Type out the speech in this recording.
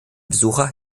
besucher